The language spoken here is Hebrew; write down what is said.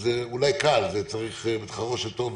זה אולי קל צריך בית חרושת טוב ומתאים.